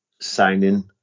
signing